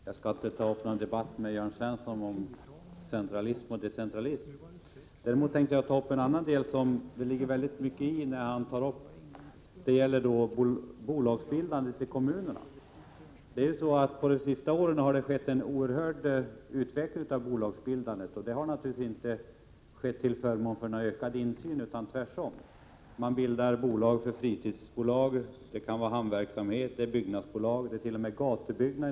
Fru talman! Jag skall inte ta upp någon debatt med Jörn Svensson om centralism och decentralism. Däremot tänkte jag ta upp en annan sak som Jörn Svensson berörde och som jag tycker att det ligger mycket i, nämligen bolagsbildandet i kommunerna. På de senaste åren har det skett en oerhörd utveckling av bolagsbildandet, och det har naturligtvis inte skett för att åstadkomma ökad insyn utan tvärtom. Man bildar bolag för fritidsverksamhet, för hamnverksamhet, för byggnadsverksamhet, för oljelagring, osv.